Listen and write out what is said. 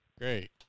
great